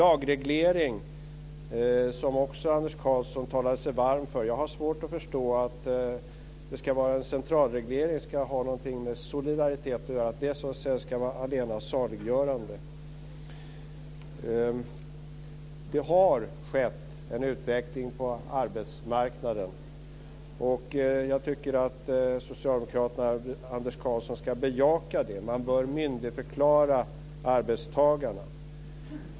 Anders Karlsson talade sig också varm för lagreglering. Jag har svårt att förstå att en centralreglering skulle ha någonting med solidaritet att göra och att det skulle vara allena saliggörande. Det har skett en utveckling på arbetsmarknaden. Socialdemokraterna och Anders Karlsson ska bejaka det. Man bör myndigförklara arbetstagarna.